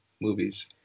movies